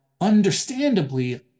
understandably